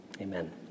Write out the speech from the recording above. Amen